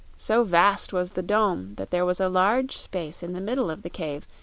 so vast was the dome that there was a large space in the middle of the cave,